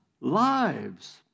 lives